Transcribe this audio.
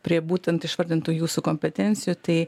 prie būtent išvardintų jūsų kompetencijų tai